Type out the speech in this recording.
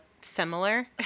similar